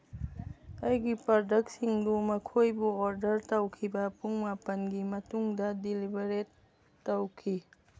ꯑꯩꯒꯤ ꯄ꯭ꯔꯗꯛꯁꯤꯡꯗꯨ ꯃꯈꯣꯏꯕꯨ ꯑꯣꯔꯗꯔ ꯇꯧꯈꯤꯕ ꯄꯨꯡ ꯃꯥꯄꯟꯒꯤ ꯃꯇꯨꯡꯗ ꯗꯤꯂꯤꯚꯔꯦꯠ ꯇꯧꯈꯤ